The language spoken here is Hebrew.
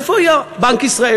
איפה היה בנק ישראל,